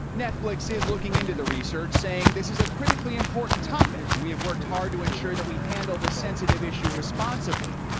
netflix is looking into the research saying this is a critically important topic and we have worked hard to ensure that we handle the sensitive issue responsibly.